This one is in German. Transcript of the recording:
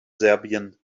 serbien